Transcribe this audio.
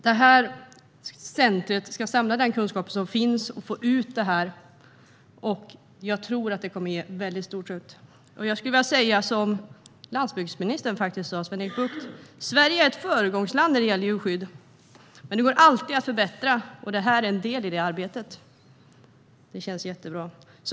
Det här centret ska samla den kunskap som finns och få ut det här. Jag tror att det kommer att ge väldigt stor effekt. Jag skulle vilja säga som landsbygdsminister Sven-Erik Bucht - Sverige är ett föregångsland när det gäller djurskydd, men det går alltid att förbättra. Det här är en del i det arbetet. Det känns jättebra.